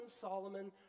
Solomon